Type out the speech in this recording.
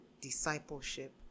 discipleship